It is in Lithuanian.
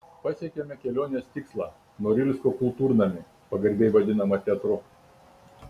pasiekėme kelionės tikslą norilsko kultūrnamį pagarbiai vadinamą teatru